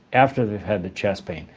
after they've had their chest pain.